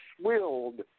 swilled